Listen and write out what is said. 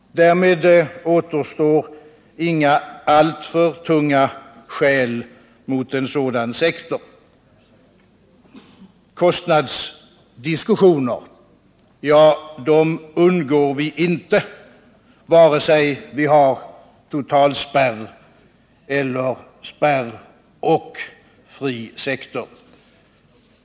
Därmed återstår inga alltför tunga skäl mot en sådan sektor. Kostnadsdiskussioner — ja, dem undgår vi inte vare sig vi har totalspärr eller spärr och fri sektor.